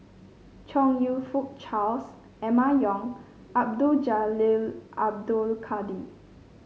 Chong You Fook Charles Emma Yong Abdul Jalil Abdul Kadir